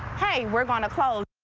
hey, we're going to close.